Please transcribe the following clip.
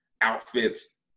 outfits